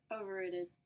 overrated